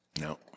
No